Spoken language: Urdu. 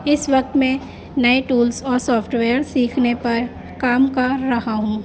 اس وقت میں نئے ٹولس اور سافٹویئر سیکھنے پر کام کر رہا ہوں